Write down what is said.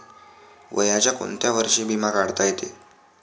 वयाच्या कोंत्या वर्षी बिमा काढता येते?